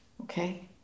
Okay